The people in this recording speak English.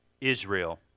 Israel